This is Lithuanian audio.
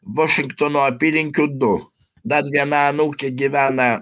vašingtono apylinkių du dar viena anūkė gyvena